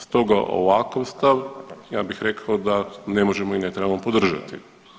Stoga ovakav stav ja bih rekao da ne možemo i ne trebamo podržati.